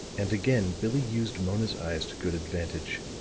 and again billie used mona's eyes to good advantage.